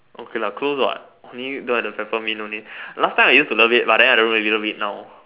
okay lah close what only don't have the Peppermint only last time I used to love it but I don't really love it now